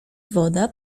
woda